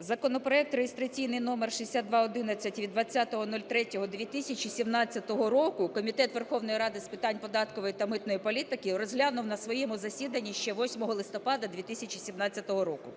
Законопроект реєстраційний номер 6211 від 20.03.2017 року Комітет Верховної Ради з питань податкової та митної політики розглянув на своєму засіданні ще 8 листопада 2017 року.